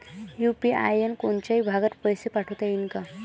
UPI न कोनच्याही भागात पैसे पाठवता येईन का?